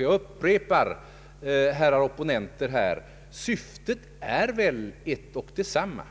Jag upprepar, herrar opponenter, att syftet, hoppas jag, är ett och detsamma